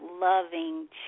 loving